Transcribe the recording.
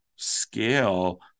scale